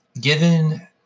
given